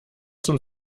zum